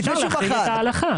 לפי החוזר שלנו,